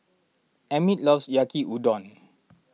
Emmit loves Yaki Udon